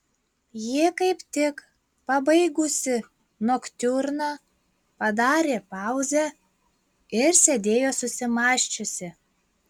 ji kaip tik pabaigusi noktiurną padarė pauzę ir sėdėjo susimąsčiusi